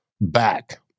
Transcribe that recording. back